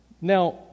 Now